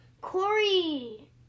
Corey